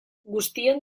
guztion